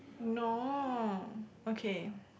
no okay